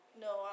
no